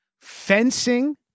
fencing